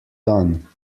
done